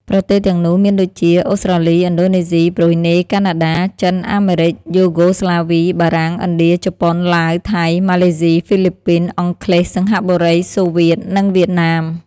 ប្រទេសទាំងនោះមានដូចជា អូស្ត្រាលី ឥណ្ឌូនេស៊ី ប៊្រុយណេ កាណាដា ចិន អាមេរិក យូហ្គោស្លាវី បារាំង ឥណ្ឌា ជប៉ុន ឡាវ ថៃ ម៉ាឡេស៊ី ហ្វីលីពីន អង់គ្លេស សិង្ហបុរី សូវៀត និងវៀតណាម។